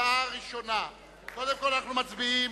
קודם כול, אנחנו מצביעים